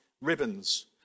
ribbons